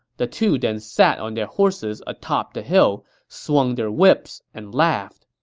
the two then sat on their horses atop the hill, swung their whips, and laughed.